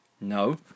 No